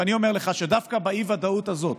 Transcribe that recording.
ואני אומר לך שדווקא באי-ודאות הזאת